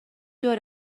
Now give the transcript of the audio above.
دور